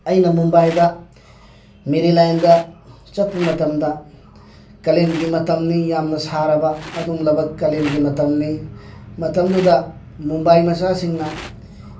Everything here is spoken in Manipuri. ꯑꯩꯅ ꯃꯨꯝꯕꯥꯏꯗ ꯃꯦꯔꯤꯂꯥꯏꯟꯗ ꯆꯠꯄ ꯃꯇꯝꯗ ꯀꯥꯂꯦꯟꯒꯤ ꯃꯇꯝꯅꯤ ꯌꯥꯝꯅ ꯁꯥꯔꯕ ꯑꯗꯨꯒꯨꯝꯂꯕ ꯀꯥꯂꯦꯟꯒꯤ ꯃꯇꯝꯅꯤ ꯃꯇꯝꯗꯨꯗ ꯃꯨꯝꯕꯥꯏ ꯃꯆꯥꯁꯤꯡꯅ